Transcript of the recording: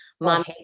mom